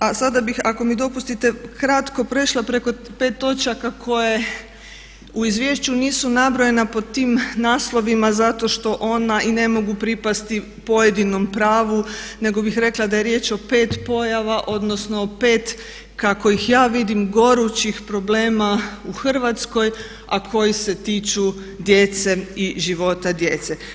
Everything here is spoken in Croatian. A sada bih ako mi dopustite kratko prešla preko pet točaka koje u izvješću nisu nabrojena pod tim naslovima zato što ona i ne mogu pripasti pojedinom pravu nego bih rekla da je riječ o pet pojava, odnosno o pet kako ih ja vidim gorućih problema u Hrvatskoj, a koji se tiču djece i života djece.